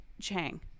Chang